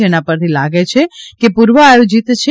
જેના પરથી લાગે છે કે પૂર્વ આયોજિત છે